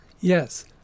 Yes